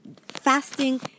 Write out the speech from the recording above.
fasting